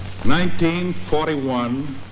1941